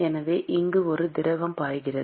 எனவே இங்கு ஒரு திரவம் பாய்கிறது